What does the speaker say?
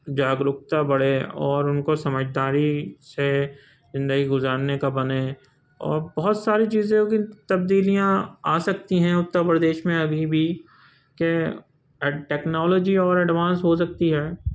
جاگروکتا بڑھے اور ان کو سمجھداری سے زندگی گزارنے کا بنے اور بہت ساری چیزیں کی تبدیلیاں آ سکتی ہیں اتّر پردیش میں ابھی بھی کہ ٹکنالاجی اور ایڈوانس ہو سکتی ہے